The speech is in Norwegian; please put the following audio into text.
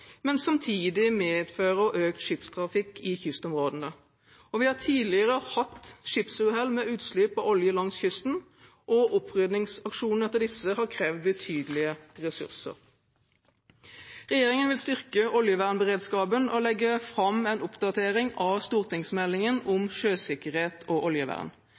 men samtidig medføre økt skipstrafikk i kystområdene. Vi har tidligere hatt skipsuhell med utslipp av olje langs kysten, og oppryddingsaksjonene etter disse har krevd betydelige ressurser. Regjeringen vil styrke oljevernberedskapen og legge fram en oppdatering av stortingsmeldingen om sjøsikkerhet og oljevern.